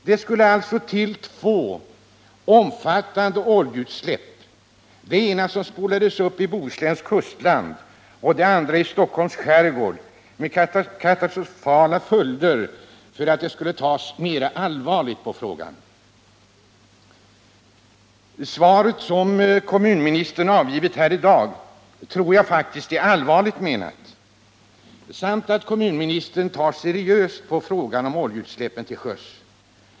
Det skulle alltså behövas två omfattande oljeutsläpp — det ena som spolades upp i Bohusläns kustland och det andra i Stockholms skärgård — med katastrofala följder för att det skulle tas mera allvarligt på frågan! Svaret som kommunministern avgivit här i dag tror jag faktiskt är allvarligt menat, liksom jag tror att kommunministern tar seriöst på frågan om oljeutsläppen till sjöss.